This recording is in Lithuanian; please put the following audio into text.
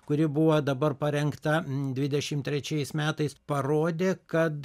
kuri buvo dabar parengta dvidešim trečiais metais parodė kad